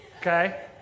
okay